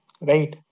Right